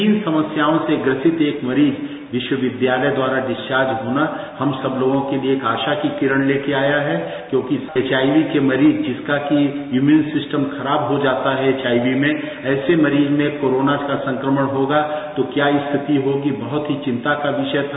तीन समस्याओं से ग्रसित एक मरीज विश्वविद्यालय द्वारा डिस्वार्ज होना हम सब लोगों के लिए एक आशा की किरण ते के आया है क्योंकि इस एक्आईवी के मरीज जिसका के इम्यूनिम सिस्टम खराब हो जाता है एक्आईवी में ऐसे मरीज में कोरोना का संक्रमण होगा तो क्या स्थिति होगी बहत ही चिंता का विषय था